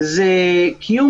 ישיבת ועדת החוקה,